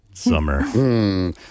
summer